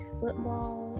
football